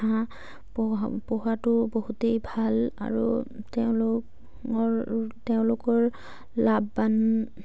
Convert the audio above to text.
হাঁহ পোহাটো বহুতেই ভাল আৰু তেওঁলোকৰ তেওঁলোকৰ লাভৱান